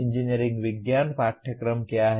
engineering विज्ञान पाठ्यक्रम क्या हैं